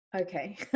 Okay